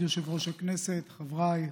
כבוד יושב-ראש הכנסת, חבריי,